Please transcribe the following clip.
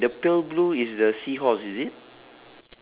wait wait wait the pale blue is the seahorse is it